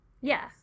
Yes